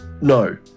No